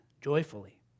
joyfully